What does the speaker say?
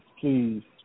please